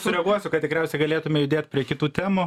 sureaguosiu kad tikriausiai galėtume judėt prie kitų temų